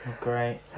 Great